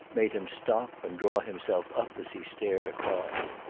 made him stop and draw himself up as he stared across.